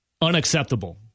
Unacceptable